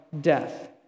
death